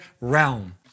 realm